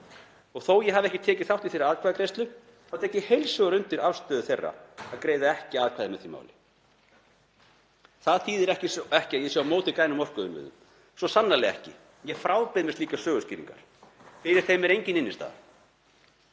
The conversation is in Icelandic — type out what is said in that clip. Þó að ég hafi ekki tekið þátt í þeirri atkvæðagreiðslu tek ég heils hugar undir afstöðu þeirra að greiða ekki atkvæði með því máli. Það þýðir ekki að ég sé á móti grænum orkuinnviðum, svo sannarlega ekki. Ég frábið mér slíkar söguskýringar og fyrir þeim er engin innstæða.